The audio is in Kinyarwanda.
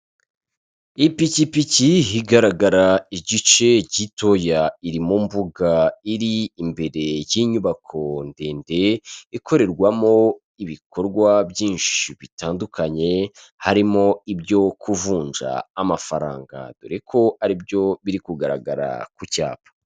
Ipikipiki igaragara igice gitoya iri mu mbuga iri imbere y'inyubako ndende ikorerwamo ibikorwa byinshi bitandukanye harimo ibyo kuvunjaama amafaranga dore ko aribyo biri kugaragara ku cyapa.